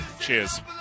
Cheers